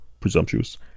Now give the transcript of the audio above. presumptuous